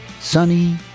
sunny